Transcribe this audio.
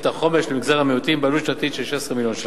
החומש למגזר המיעוטים בעלות שנתית של 16 מיליון ש"ח.